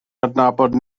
adnabod